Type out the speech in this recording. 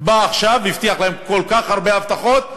הוא בא עכשיו והבטיח להם כל כך הרבה הבטחות,